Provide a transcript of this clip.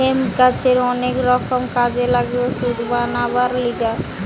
hemp গাছের অনেক রকমের কাজে লাগে ওষুধ বানাবার লিগে